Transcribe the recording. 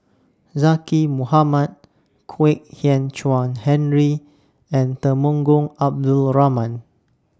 Zaqy Mohamad Kwek Hian Chuan Henry and Temenggong Abdul Rahman